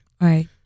Right